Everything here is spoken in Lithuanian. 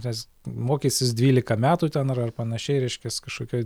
tas mokeisis dvylika metų ten ar ar panašiai reiškias kažkokioj